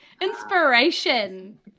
Inspiration